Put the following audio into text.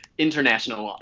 International